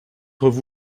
d’entre